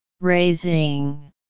Raising